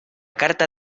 carta